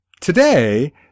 Today